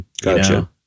gotcha